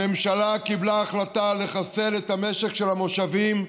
הממשלה קיבלה החלטה לחסל את המשק של המושבים,